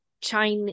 China